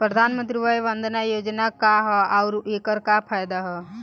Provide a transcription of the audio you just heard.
प्रधानमंत्री वय वन्दना योजना का ह आउर एकर का फायदा बा?